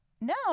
no